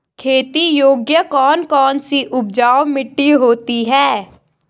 खेती योग्य कौन कौन सी उपजाऊ मिट्टी होती है?